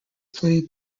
played